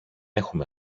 έχουμε